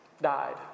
died